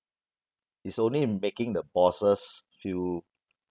it's only making the bosses feel